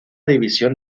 división